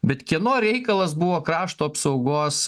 bet kieno reikalas buvo krašto apsaugos